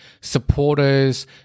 supporters